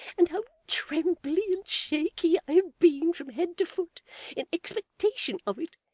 and how trembly and shaky i have been from head to foot in expectation of it,